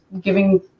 giving